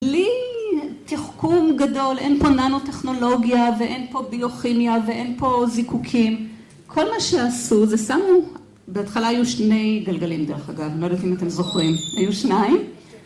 ‫בלי תחכום גדול, ‫אין פה ננו-טכנולוגיה ‫ואין פה ביוכימיה ואין פה זיקוקים, ‫כל מה שעשו, זה שמו... ‫בהתחלה היו שני גלגלים, דרך אגב, ‫לא יודעת אם אתם זוכרים. היו שניים?